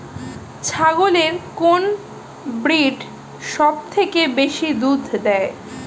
ছাগলের কোন ব্রিড সবথেকে বেশি দুধ দেয়?